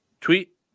Tweet